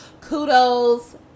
kudos